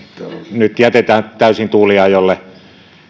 nyt jätetään täysin tuuliajolle